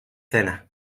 cenas